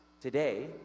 today